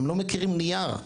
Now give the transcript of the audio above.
הם לא מכירים נייר.